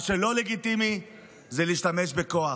מה שלא לגיטימי זה להשתמש בכוח,